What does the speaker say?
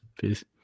Peace